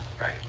right